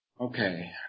Okay